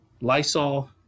Lysol